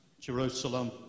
Jerusalem